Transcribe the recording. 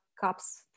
cups